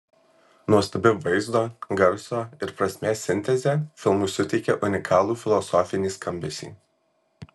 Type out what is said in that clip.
nuostabi vaizdo garso ir prasmės sintezė filmui suteikia unikalų filosofinį skambesį